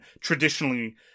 traditionally